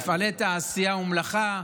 מפעלי תעשייה ומלאכה,